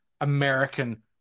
American